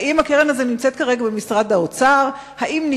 האם הקרן הזאת נמצאת כרגע במשרד האוצר?